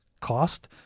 cost